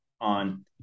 on